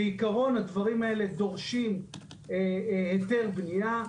בעיקרון הדברים האלה דורשים היתר בנייה.